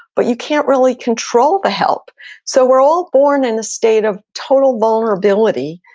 but you can't really control the help so we're all born in a state of total vulnerability,